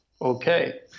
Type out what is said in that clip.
Okay